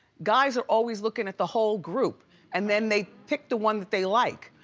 guys are always looking at the whole group and then they pick the one that they like.